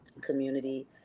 community